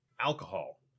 alcohol